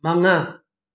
ꯃꯉꯥ